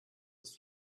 aus